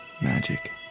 magic